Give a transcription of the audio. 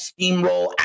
steamroll